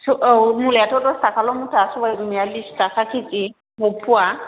औ मुलायाथ' दस थाखाल' मुथा सबाइ बिमाया बिस थाखा केजि फ'वा